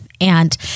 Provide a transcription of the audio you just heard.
And-